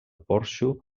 porxo